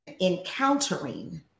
encountering